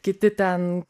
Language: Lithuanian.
kiti ten